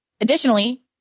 Additionally